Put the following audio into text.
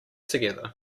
together